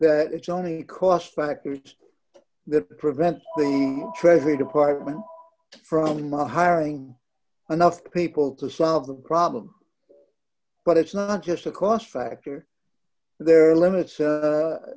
that it's only cost factors that prevent the treasury department from hiring enough people to solve the problem but it's not just a cost factor there are limit